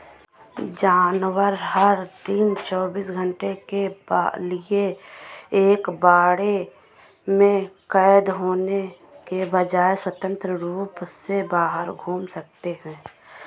जानवर, हर दिन चौबीस घंटे के लिए एक बाड़े में कैद होने के बजाय, स्वतंत्र रूप से बाहर घूम सकते हैं